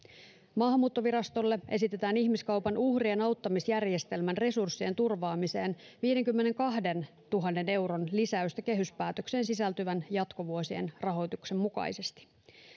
maahanmuuttovirastolle esitetään ihmiskaupan uhrien auttamisjärjestelmän resurssien turvaamiseen viidenkymmenenkahdentuhannen euron lisäystä kehyspäätökseen sisältyvän jatkovuosien rahoituksen mukaisesti